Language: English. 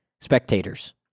spectators